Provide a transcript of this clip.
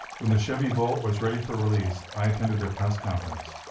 when the chevy volt was ready for release, i attended their press conference.